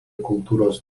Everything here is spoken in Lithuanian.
kultūros